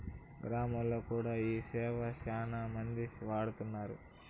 గ్రామాల్లో కూడా ఈ సేవలు శ్యానా మందే వాడుతున్నారు